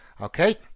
okay